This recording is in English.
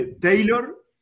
Taylor